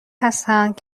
هستند